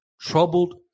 troubled